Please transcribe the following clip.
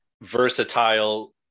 versatile